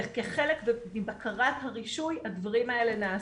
וכחלק מבקרת הרישוי הדברים האלה נעשים.